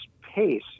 pace